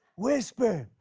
whisper!